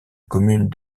commune